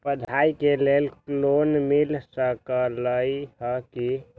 पढाई के लेल लोन मिल सकलई ह की?